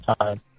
time